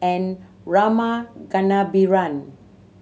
and Rama Kannabiran